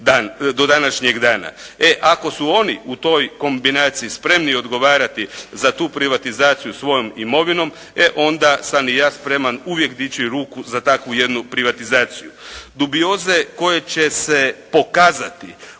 do današnjeg dana. E ako su oni u toj kombinaciji spremni odgovarati za tu privatizaciju svojom imovinom, e onda sam i ja spreman uvijek dići ruku za takvu jednu privatizaciju. Dubioze koje će se pokazati